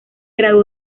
graduó